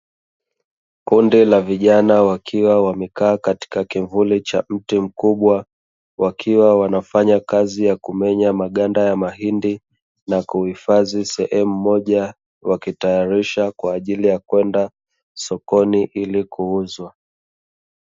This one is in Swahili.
Kundi la vijana wakiwa wamekaa katika kivuli cha mti mkubwa, wakiwa wanafanya kazi ya kumenya maganda ya mahindi na kuhifadhi sehemu moja wakitayarisha kwa ajili ya kwenda sokoni ili kuuzwa.